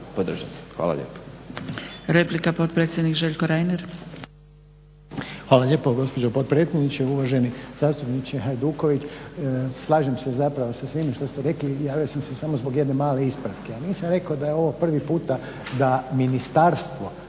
podržati. Hvala lijepo.